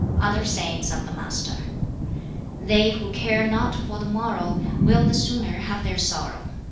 other sayings of the master they who care not for the morrow will the sooner have their sorrow.